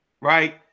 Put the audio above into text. right